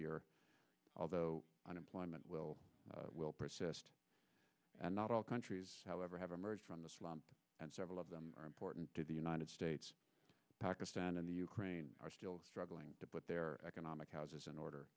year although unemployment will will persist and not all countries however have emerged from this and several of them are important to the united states pakistan and the ukraine are still struggling to put their economic houses in order